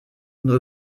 nur